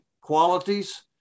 qualities